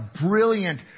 brilliant